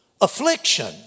affliction